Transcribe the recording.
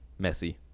Messi